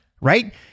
right